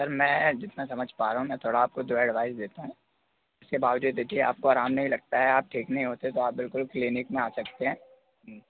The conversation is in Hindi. सर मैं जितना समझ पा रहा हूँ मैं थोड़ा आपको दो एडवाइज़ देता हूँ उसके बावजूद देखिए आपको आराम नहीं लगता है आप ठीक नहीं होते तो आप बिल्कुल क्लीनिक में आ सकते हैं